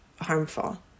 harmful